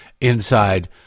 inside